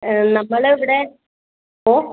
നമ്മൾ ഇവിടെ ഓ